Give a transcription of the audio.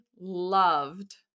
loved